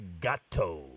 Gatto